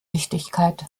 wichtigkeit